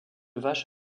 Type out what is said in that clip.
vache